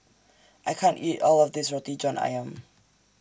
I can't eat All of This Roti John Ayam